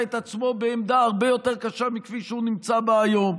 את עצמו בעמדה הרבה יותר קשה מזו שהוא נמצא בה היום.